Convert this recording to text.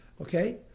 Okay